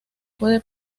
puede